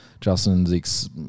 Justin's